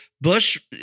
Bush